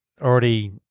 already